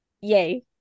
yay